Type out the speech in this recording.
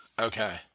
Okay